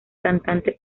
cantante